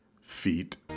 feet